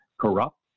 corrupt